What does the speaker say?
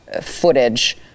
footage